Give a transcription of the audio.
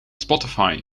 spotify